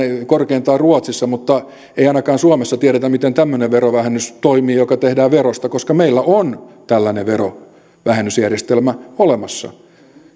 korkeintaan ruotsissa ettei ainakaan suomessa tiedettäisi miten tämmöinen verovähennys toimii joka tehdään verosta koska meillä on tällainen verovähennysjärjestelmä olemassa